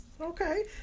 Okay